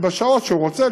ובשעות שהוא רוצה,